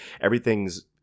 everything's